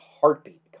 heartbeat